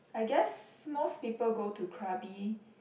I guess most people go to Krabi